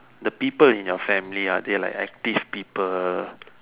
the people in your family are they like active people